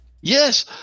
Yes